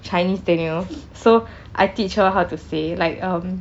chinese தெரியும்:theriyum so I teach her how to say like um